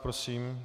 Prosím.